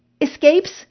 escapes